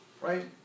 Right